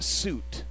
suit